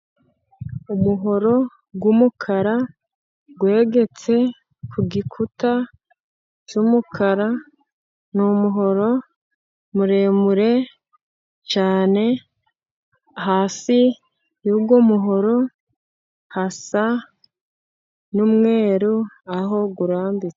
Umuhoro w'umukara wegetse ku gikuta cy'umukara, ni umuhoro muremure cyane, hasi y'uwo muhoro hasa n'umweru aho urambitse.